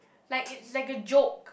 like it's like a joke